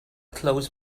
close